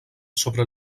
sobre